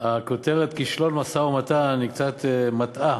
הכותרת "כישלון משא-ומתן" היא קצת מטעה,